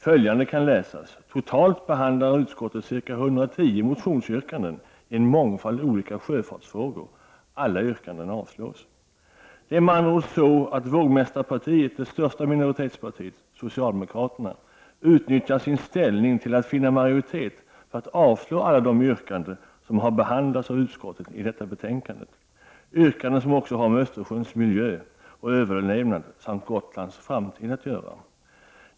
Följande kan läsas: ”Totalt behandlar utskottet ca 110 motionsyrkanden i en mångfald olika sjöfartsfrågor. Alla yrkandena avstyrks.” Det är med andra ord så att vågmästarpartiet och det största minoritetspartiet, socialdemokraterna, utnyttjar sin ställning till att finna majoritet för att avslå alla de yrkanden som har behandlats av utskottet i detta betänkande, yrkanden som också har med Östersjöns miljö och överlevnad samt Gotlands framtid att göra.